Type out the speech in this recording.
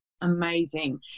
Amazing